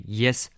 yes